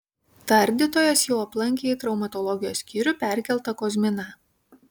tardytojas jau aplankė į traumatologijos skyrių perkeltą kozminą